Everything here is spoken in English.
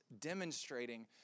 demonstrating